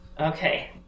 Okay